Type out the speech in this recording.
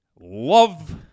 love